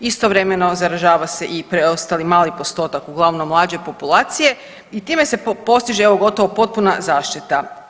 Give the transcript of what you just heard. Istovremeno zaražava se i preostali mali postotak uglavnom mlađe populacije i time se postiže evo gotovo potpuna zaštita.